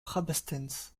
rabastens